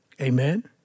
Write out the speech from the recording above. Amen